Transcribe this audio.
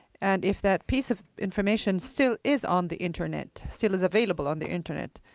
and if that piece of information still is on the internet, still is available on the internet,